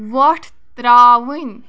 وۄٹھ ترٛاوٕنۍ